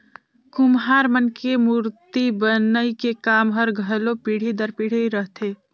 कुम्हार मन के मूरती बनई के काम हर घलो पीढ़ी दर पीढ़ी रहथे